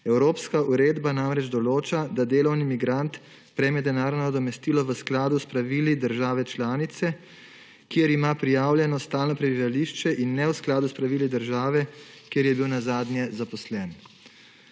Evropska uredba namreč določa, da delovni migrant prejme denarno nadomestilo v skladu s pravili države članice, kjer ima prijavljeno stalno prebivališče, in ne v skladu s pravili države, kjer je bil nazadnje zaposlen.